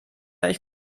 euch